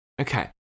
Okay